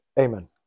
Amen